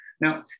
Now